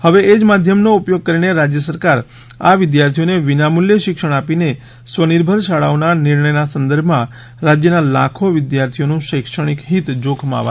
હવે એ જ માધ્યમનો ઉપયોગ કરીને રાજ્ય સરકાર આ વિદ્યાર્થીઓને વિનામૂલ્યે શિક્ષણ આપીને સ્વનિર્ભર શાળાઓના નિર્ણયના સંદર્ભમાં રાજ્યના લાખો વિદ્યાર્થીઓનું શૈક્ષણિક હિત જોખમાવા નહિ દે